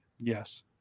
Yes